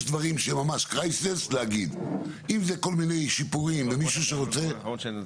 אם יש דברים קריטיים לגבי הנוסח אז להעיר.